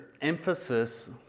emphasis